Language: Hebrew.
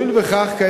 כיוון שכך,